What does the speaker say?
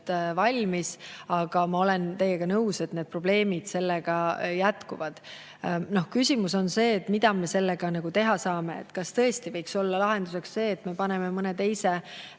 valmis. Aga ma olen teiega nõus, et probleemid sellega jätkuvad. Küsimus on, mida me sellega teha saame. Kas tõesti võiks olla lahenduseks see, et me paneme mõne teise,